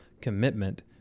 commitment